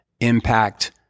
impact